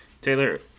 Taylor